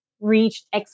reached